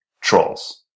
trolls